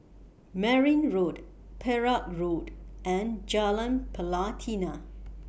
Merryn Road Perak Road and Jalan Pelatina